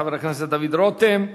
חבר הכנסת דוד רותם.